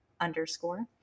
underscore